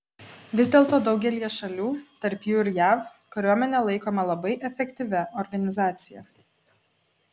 vis dėlto daugelyje šalių tarp jų ir jav kariuomenė laikoma labai efektyvia organizacija